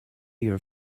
your